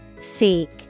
Seek